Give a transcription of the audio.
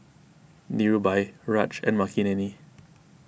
Dhirubhai Raj and Makineni